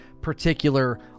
particular